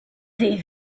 des